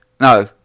no